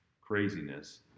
craziness